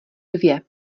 dvě